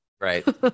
Right